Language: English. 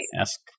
ask